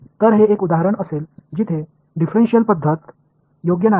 तर हे एक उदाहरण असेल जिथे डिफरेन्शिएल पद्धत योग्य नाही